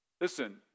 Listen